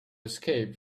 escape